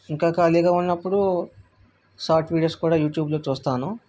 ఇంకా ఖాళీగా ఉన్నప్పుడు షార్ట్ వీడియోస్ కూడా యూట్యూబ్లో చూస్తాను